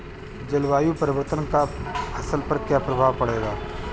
जलवायु परिवर्तन का फसल पर क्या प्रभाव पड़ेगा?